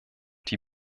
die